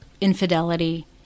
infidelity